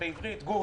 גורנישט.